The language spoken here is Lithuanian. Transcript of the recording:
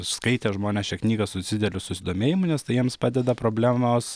skaitė žmonės šią knygą su dideliu susidomėjimu nes tai jiems padeda problemos